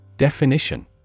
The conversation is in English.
Definition